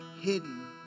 hidden